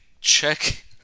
check